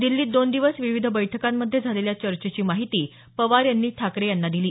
दिल्लीत दोन दिवस विविध बैठकांमध्ये झालेल्या चर्चेची माहिती पवार यांनी ठाकरे यांना दिली